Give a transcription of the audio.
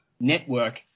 network